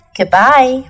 Goodbye